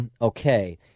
Okay